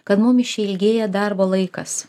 kad mum išilgėja darbo laikas